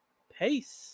Peace